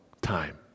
time